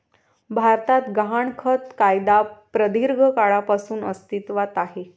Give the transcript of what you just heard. भारतात गहाणखत कायदा प्रदीर्घ काळापासून अस्तित्वात आहे